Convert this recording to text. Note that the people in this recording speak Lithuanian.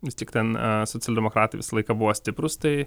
vis tik ten socialdemokratai visą laiką buvo stiprūs tai